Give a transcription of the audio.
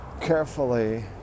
carefully